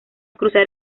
cruzar